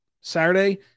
Saturday